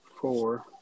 four